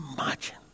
Imagine